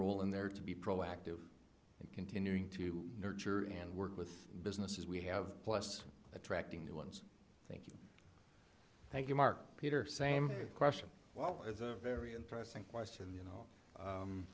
role in there to be proactive and continuing to nurture and work with businesses we have plus attracting new ones thank you mark peter same question well it's a very interesting question you know